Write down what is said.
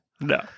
No